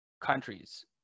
countries